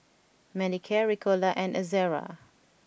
Manicare Ricola and Ezerra